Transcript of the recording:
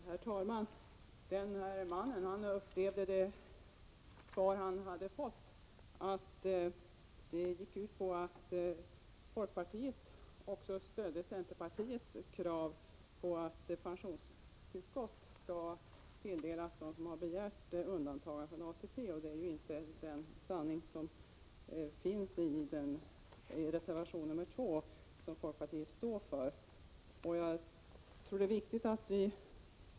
Herr talman! Den man vi talade om upplevde det svar han fick så, att folkpartiet också stödde centerpartiets krav på att pensionstillskott skall tilldelas dem som har begärt undantagande från ATP. Men det är inte den sanning som finns i folkpartiets reservation 2.